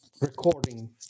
recording